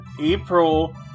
April